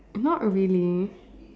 not really